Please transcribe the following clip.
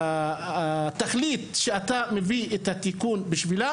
שהתכלית שאתה מביא את התיקון בשבילה,